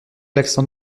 l’accent